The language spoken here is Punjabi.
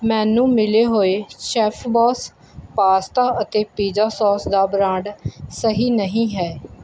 ਮੈਨੂੰ ਮਿਲੇ ਹੋਏ ਸ਼ੈੱਫ ਬੌਸ ਪਾਸਤਾ ਅਤੇ ਪੀਜ਼ਾ ਸੌਸ ਦਾ ਬ੍ਰਾਂਡ ਸਹੀ ਨਹੀਂ ਹੈ